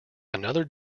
another